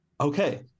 okay